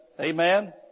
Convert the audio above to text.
Amen